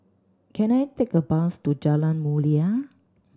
can I take a bus to Jalan Mulia